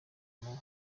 muri